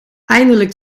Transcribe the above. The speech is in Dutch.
eindelijk